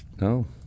no